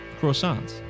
croissants